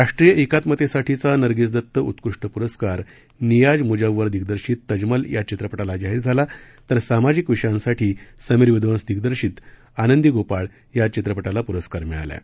राष्ट्रीय एकात्मतेसाठीचा नर्गीस दत्त उत्कृष्ट पुरस्कार नियाज मुजव्वर दिग्दर्शित तजमल या चित्रप ला जाहीर झालातर सामाजिक विषयांसाठी समीर विदवंस दिग्दर्शित आनंदी गोपाळ या चित्रप ला पुरस्कार जाहीर झाला आहे